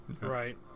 Right